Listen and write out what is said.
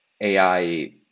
AI